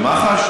של מח"ש?